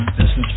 business